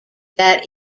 that